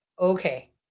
okay